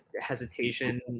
hesitation